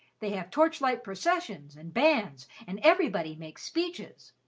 they have torch-light processions and bands, and everybody makes speeches.